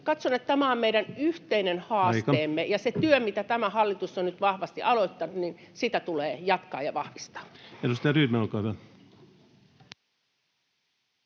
Katson, että tämä on meidän yhteinen haasteemme, [Puhemies: Aika!] ja sitä työtä, mitä tämä hallitus on nyt vahvasti aloittanut, tulee jatkaa ja vahvistaa. Edustaja Rydman, olkaa hyvä.